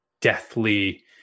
deathly